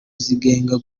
zigenga